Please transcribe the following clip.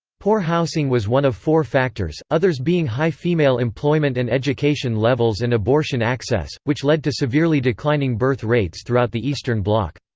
poor housing was one of four factors, others being high female employment and education levels and abortion access, which led to severely declining birth rates throughout the eastern bloc.